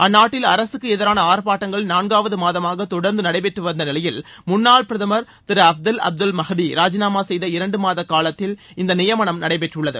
அந்நாட்டில் அரகக்கு எதிரான ஆர்ப்பாட்டங்கள் நான்காவது மாதமாக தொடர்ந்து நடைபெற்று வரும் நிலையில் முன்னாள் பிரதமர் திரு அப்டெல் அப்துல் மாஹ்டி ராஜினாமா செய்த இரண்டு மாத காலத்தில் இந்த நியமனம் நடைபெற்றுள்ளது